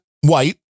white